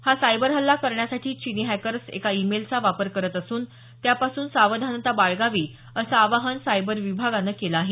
हा सायबर हल्ला करण्यासाठी चीनी हॅकर्स एका ईमेलचा वापर करत असून त्यापासून सावधानता बाळगावी असे आवाहन सायबर विभागानं केलं आहे